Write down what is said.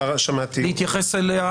להתייחס אליה.